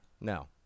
No